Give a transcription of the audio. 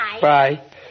Bye